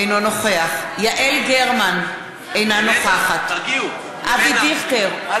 אינו נוכח יעל גרמן, אינה נוכחת אבי דיכטר,